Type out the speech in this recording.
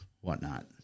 whatnot